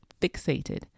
fixated